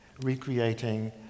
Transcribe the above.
recreating